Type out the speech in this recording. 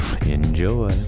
Enjoy